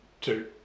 two